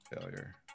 failure